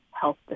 health